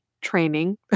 training